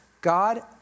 God